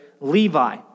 Levi